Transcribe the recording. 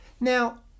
Now